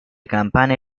campane